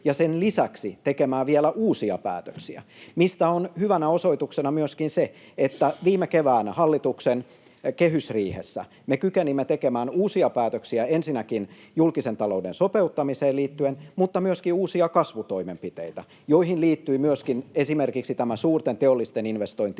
ja sen lisäksi tekemään vielä uusia päätöksiä, mistä on hyvänä osoituksena myöskin se, että viime keväänä hallituksen kehysriihessä me kykenimme tekemään uusia päätöksiä ensinnäkin julkisen talouden sopeuttamiseen liittyen, mutta myöskin uusia kasvutoimenpiteitä, joihin liittyi myöskin esimerkiksi tämä suurten teollisten investointien